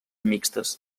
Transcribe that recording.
mixtes